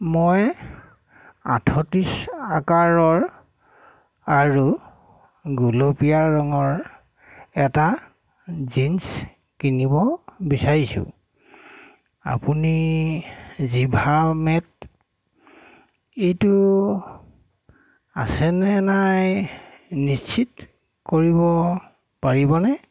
মই আঠত্ৰিছ আকাৰৰ আৰু গোলপীয়া ৰঙৰ এটা জিন্ছ কিনিব বিচাৰিছোঁ আপুনি জিভামেত এইটো আছেনে নাই নিশ্চিত কৰিব পাৰিবনে